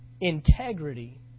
integrity